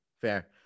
fair